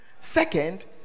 Second